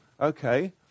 Okay